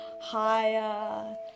higher